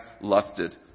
lusted